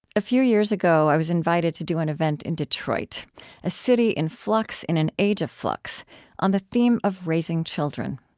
few years ago, i was invited to do an event in detroit a city in flux in an age of flux on the theme of raising children.